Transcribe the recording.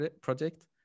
project